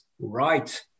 right